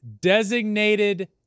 designated